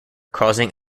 causing